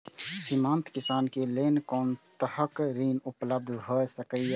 सीमांत किसान के लेल कोन तरहक ऋण उपलब्ध भ सकेया?